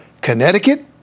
Connecticut